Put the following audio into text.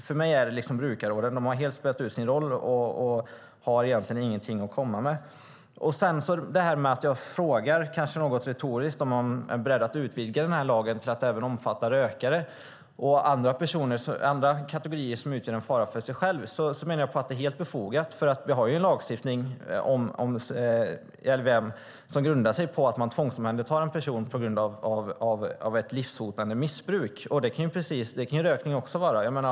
Jag anser att brukarråden helt spelat ut sin roll och har egentligen ingenting att komma med. När jag frågar, kanske något retoriskt, om man är beredd att utvidga lagen till att även omfatta rökare och andra kategorier som utgör en fara för sig själva menar jag att det är helt befogat. Vi har en lagstiftning om LVM som grundar sig på att man tvångsomhändertar en person på grund av ett livshotande missbruk. Det kan rökning också vara.